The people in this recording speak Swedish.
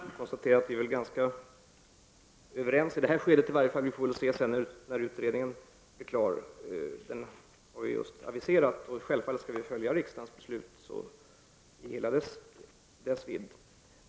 Herr talman! Jag konstaterar att vi väl är ganska överens, åtminstone i det här skedet, vi får väl se sedan när utredningen är klar. Den har vi just aviserat, och självfallet skall vi följa riksdagens beslut i hela dess vidd.